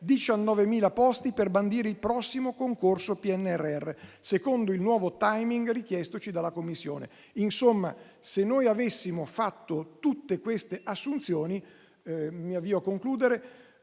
19.000 posti per bandire il prossimo concorso PNRR secondo il nuovo *timing* richiestoci dalla Commissione. Insomma, se noi avessimo fatto tutte queste assunzioni, non avremmo potuto